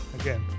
again